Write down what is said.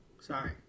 Sorry